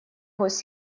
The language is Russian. гость